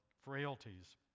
frailties